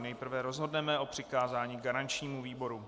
Nejprve rozhodneme o přikázání garančnímu výboru.